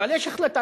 אבל יש החלטה,